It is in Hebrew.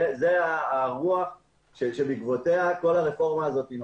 זאת הרוח בעקבותיה נולדה כל הרפורמה הזאת.